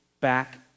back